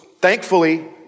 thankfully